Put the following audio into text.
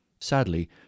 Sadly